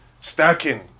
stacking